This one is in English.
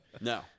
No